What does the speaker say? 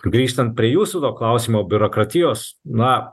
grįžtant prie jūsų klausimo biurokratijos na